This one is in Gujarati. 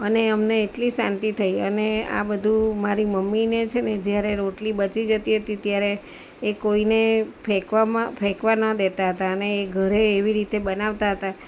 અને અમને એટલી શાંતિ થઈ અને આ બધુ મારી મમ્મીને છે ને જ્યારે રોટલી બચી જતી હતી ત્યારે એ કોઈને ફેંકવામાં ફેકવા ન દેતા હતા અને એ ઘરે એવી રીતે બનાવતા હતા